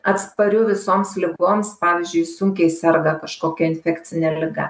atspariu visoms ligoms pavyzdžiui sunkiai serga kažkokia infekcine liga